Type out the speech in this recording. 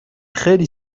خیلی